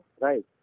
Right